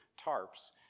tarps